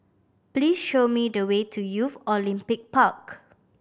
please show me the way to Youth Olympic Park